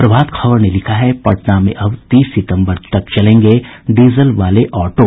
प्रभात खबर ने लिखा है पटना में अब तीस सितम्बर तक चलेंगे डीजल वाले ऑटो